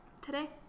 today